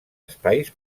espais